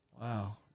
Wow